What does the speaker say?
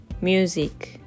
music